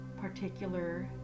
particular